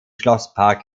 schlosspark